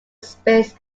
space